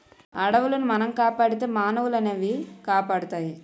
అడవులను మనం కాపాడితే మానవులనవి కాపాడుతాయి